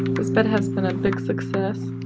this bed has been a big success